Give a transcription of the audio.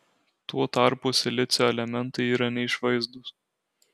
tuo tarpu silicio elementai yra neišvaizdūs